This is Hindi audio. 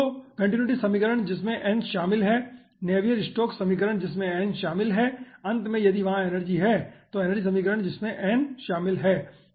तो कन्टीन्युटी समीकरण जिसमें n शामिल है नेवियर स्टोक्स समीकरण जिसमे n शामिल है और अंत मे यदि वहां एनर्जी है तो एनर्जी समीकरण जिसमे n शामिल है